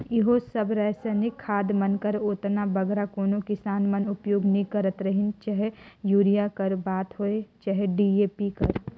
इहों सब रसइनिक खाद मन कर ओतना बगरा कोनो किसान मन उपियोग नी करत रहिन चहे यूरिया कर बात होए चहे डी.ए.पी कर